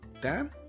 Dan